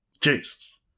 Jesus